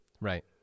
Right